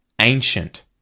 ancient